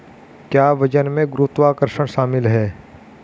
क्या वजन में गुरुत्वाकर्षण शामिल है?